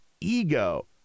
ego